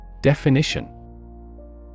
Definition